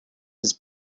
his